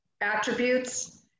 attributes